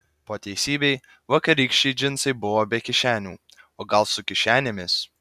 po teisybei vakarykščiai džinsai buvo be kišenių o gal su kišenėmis